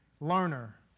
learner